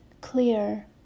clear